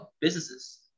businesses